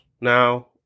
now